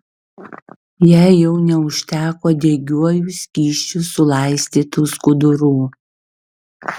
jai jau neužteko degiuoju skysčiu sulaistytų skudurų